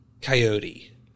Coyote